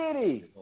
city